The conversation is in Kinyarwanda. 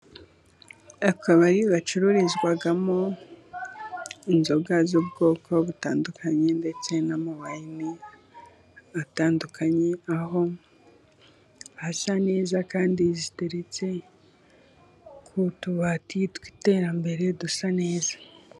Akabari gacururizwamo inzoga z'ubwoko butandukanye, ndetse n'amawayini atandukanye, aho hasa neza kandi ziteretse ku tubati tw'iterambere, dusa neza.